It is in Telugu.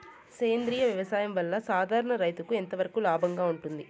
సేంద్రియ వ్యవసాయం వల్ల, సాధారణ రైతుకు ఎంతవరకు లాభంగా ఉంటుంది?